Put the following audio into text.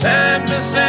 Sadness